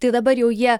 tai dabar jau jie